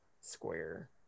square